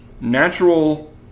Natural